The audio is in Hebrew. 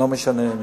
לא משנה מי.